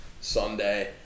Sunday